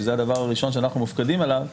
שזה הדבר הראשון שאנחנו מופקדים עליו,